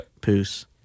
Peace